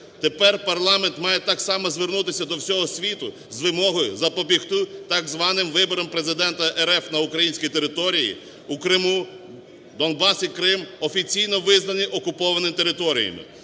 Тепер парламент має так само звернутися до всього світу з вимогою запобігти так званим виборам президента РФ на українській території у Криму. Донбас і Крим офіційно визнані окупованими територіями.